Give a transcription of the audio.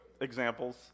examples